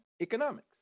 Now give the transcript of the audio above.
economics